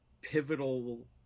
pivotal